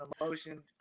emotion